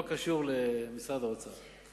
לא קשור למשרד האוצר.